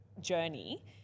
journey